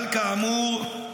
אבל, כאמור,